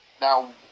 now